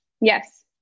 Yes